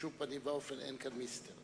בשום פנים ואופן אין כאן מיסטר.